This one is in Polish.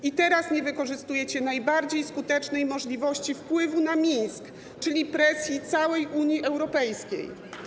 I teraz nie wykorzystujecie najbardziej skutecznej możliwości wpływu na Mińsk, czyli presji całej Unii Europejskiej.